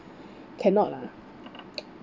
cannot lah